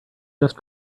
just